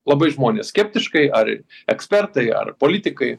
labai žmonės skeptiškai ar ekspertai ar politikai